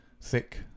thick